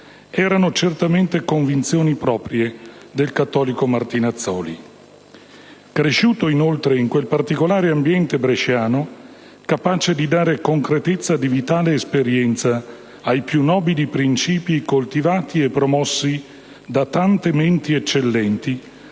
erano certamente convinzioni proprie del cattolico Martinazzoli. Cresciuto, inoltre, in quel particolare ambiente bresciano capace di dare concretezza di vitale esperienza ai più nobili principi coltivati e promossi da tante menti eccellenti,